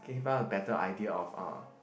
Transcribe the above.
can you find a better idea of uh